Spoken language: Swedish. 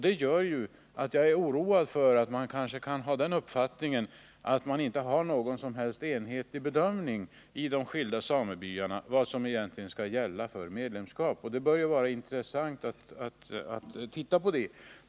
Det gör mig oroad för att det kanske inte finns någon enhetlig bedömning i de skilda samebyarna om vilka bestämmelser som egentligen skall gälla för medlemskap. Det bör vara intressant att undersöka det.